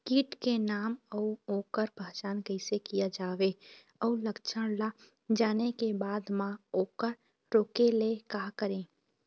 कीट के नाम अउ ओकर पहचान कैसे किया जावे अउ लक्षण ला जाने के बाद मा ओकर रोके ले का करें?